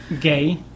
Gay